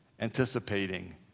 anticipating